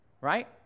right